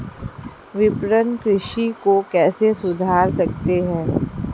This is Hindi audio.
विपणन कृषि को कैसे सुधार सकते हैं?